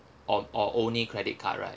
or or only credit card right